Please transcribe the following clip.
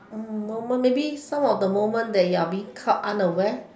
moment maybe some of the moment that you are being caught unaware